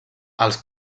els